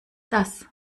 das